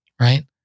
right